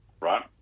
right